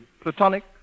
platonic